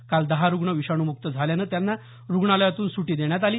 काल दहा रूग्ण विषाणू मुक्त झाल्यानं त्यांना रुग्णालयातून सुटी देण्यात आली